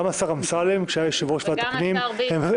גם השר אמסלם כשהיה יושב-ראש ועדת הפנים -- וגם השר ביטון.